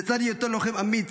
לצד היותו לוחם אמיץ,